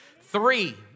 Three